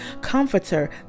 Comforter